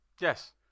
Yes